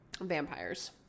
vampires